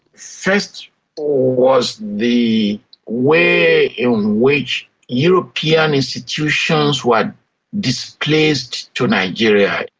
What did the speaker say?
first was the way in which european institutions were displaced to nigeria.